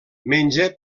menja